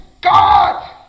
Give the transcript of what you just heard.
God